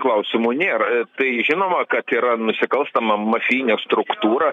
klausimų nėra tai žinoma kad yra nusikalstama mafijinė struktūra